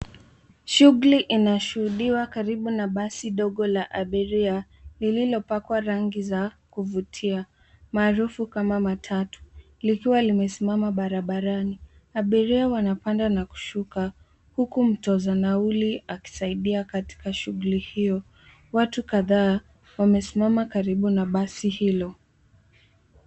Shughuli inashuhudiwa karibu na basi dogo la abiria lililopakwa rangi za kuvutia maarufu kama matatu likiwa limesimama barabrani. Abiria wanapanda na kushuka huku mtoza nauli akisaidia katika shughuli hiyo. Watu kadhaa wamesimama karibu na basi hilo.